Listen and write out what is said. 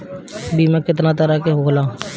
बीमा केतना तरह के होला?